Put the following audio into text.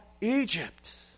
Egypt